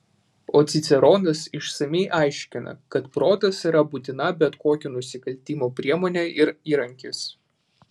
o ciceronas išsamiai aiškina kad protas yra būtina bet kokio nusikaltimo priemonė ir įrankis